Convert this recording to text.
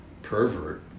Pervert